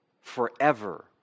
forever